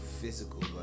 physical